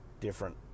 different